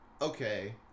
okay